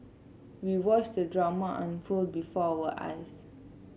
we watched the drama unfold before our eyes